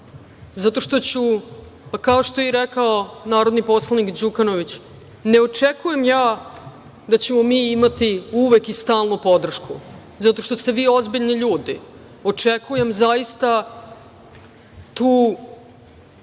zato što ću… Pa, kao što je i rekao narodni poslanik Đukanović, ne očekujem ja da ćemo mi imati uvek i stalno podršku zato što ste vi ozbiljni ljudi. Očekujem zaista tu